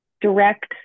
direct